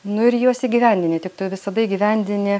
nu ir juos įgyvendini tik tu visada įgyvendini